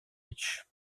речь